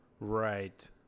Right